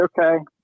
okay